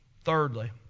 Thirdly